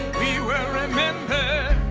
we will remember the